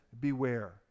beware